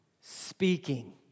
speaking